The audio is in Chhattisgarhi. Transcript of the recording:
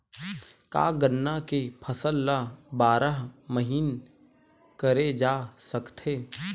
का गन्ना के फसल ल बारह महीन करे जा सकथे?